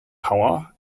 power